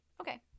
Okay